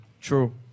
True